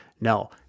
No